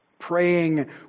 praying